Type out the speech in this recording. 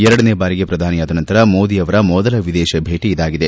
ಎರಡನೇ ಬಾರಿಗೆ ಪ್ರಧಾನಿಯಾದ ನಂತರ ಮೋದಿ ಅವರ ಮೊದಲ ವಿದೇಶ ಭೇಟಿ ಇದಾಗಿದೆ